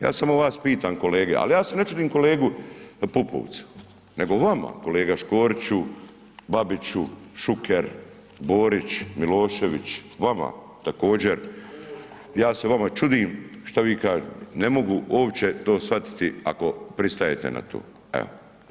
Ja samo vas pitam kolege, al ja se ne čudim kolegi Pupovcu nego vama kolega Škoriću, Babiću, Šuker, Borić, Milošević, vama također, ja se vama čudim šta vi kažete, ne mogu uopće to shvatiti ako pristajete na to, evo.